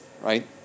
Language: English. right